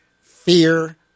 fear